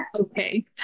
Okay